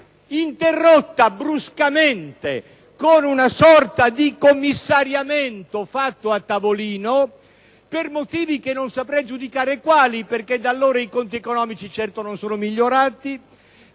interrotto bruscamente con un sorta di commissariamento deciso a tavolino per motivi che non saprei identificare, perché da allora i conti economici non sono certo migliorati,